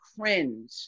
cringe